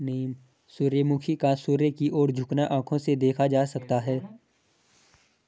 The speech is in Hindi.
सूर्यमुखी का सूर्य की ओर झुकना आंखों से देखा जा सकता है